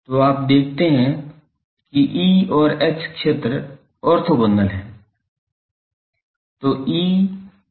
तो आप देखते हैं कि E और H क्षेत्र ऑर्थोगोनल हैं